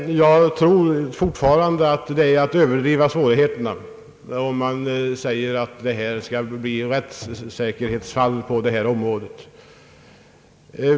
Jag tror fortfarande att det är att överdriva svårigheterna om man säger att det är fråga om ett rättsäkerhetsfall på detta område.